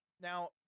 Now